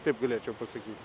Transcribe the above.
taip galėčiau pasakyti